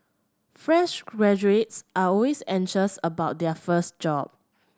fresh graduates are always anxious about their first job